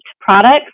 products